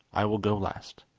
i will go last.